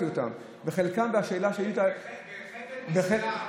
בחבל משגב.